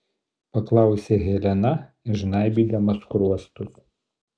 paklausė helena žnaibydama skruostus